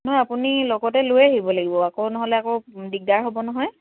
নহয় আপুনি লগতে লৈ আহিব লাগিব আকৌ নহ'লে আকৌ দিগদাৰ হ'ব নহয়